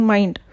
Mind